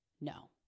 No